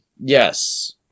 Yes